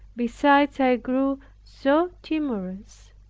besides i grew so timorous,